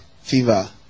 fever